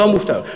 לא מובטלות.